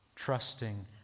trusting